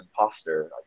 imposter